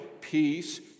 peace